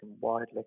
widely